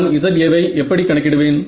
நான் Za வை எப்படி கணக்கிடுவேன்